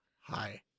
Hi